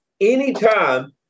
anytime